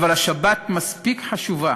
אבל השבת מספיק חשובה